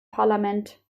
parlament